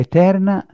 Eterna